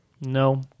No